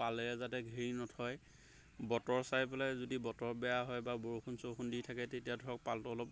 পালে যাতে ঘেৰি নথয় বতৰ চাই পেলাই যদি বতৰ বেয়া হয় বা বৰষুণ চৰষুণ দি থাকে তেতিয়া ধৰক পালটো অলপ